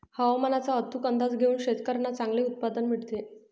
हवामानाचा अचूक अंदाज घेऊन शेतकाऱ्यांना चांगले उत्पादन मिळते